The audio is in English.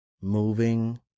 moving